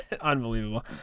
Unbelievable